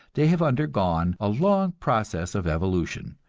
they have undergone a long process of evolution,